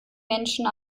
menschen